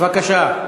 בבקשה.